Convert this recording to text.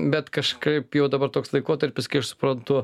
bet kažkaip jau dabar toks laikotarpis kai aš suprantu